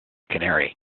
canary